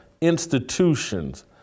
institutions